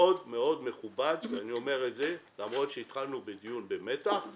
מאוד מכובד, למרות שהתחלנו קצת במתח,